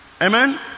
Amen